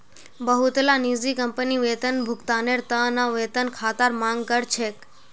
बहुतला निजी कंपनी वेतन भुगतानेर त न वेतन खातार मांग कर छेक